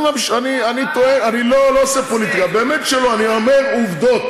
אני לא עושה פוליטיקה, באמת שלא, אני אומר עובדות.